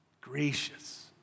gracious